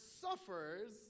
suffers